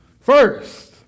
First